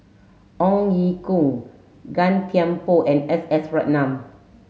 Ong Ye Kung Gan Thiam Poh and S S Ratnam